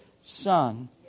Son